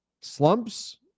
slumps